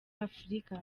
afurika